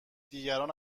دیگران